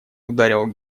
ударил